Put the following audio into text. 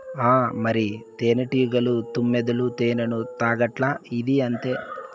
ఆ మరి, తేనెటీగలు, తుమ్మెదలు తేనెను తాగట్లా, ఇదీ అంతే